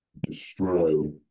destroy